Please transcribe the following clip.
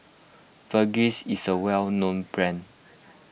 Vagisil is a well known brand